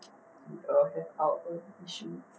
we all have our own issues